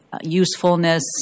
usefulness